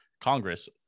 Congress